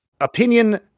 Opinion